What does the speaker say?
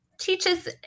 teaches